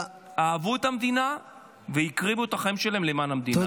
אהבו את המדינה והקריבו את החיים שלהם למען המדינה.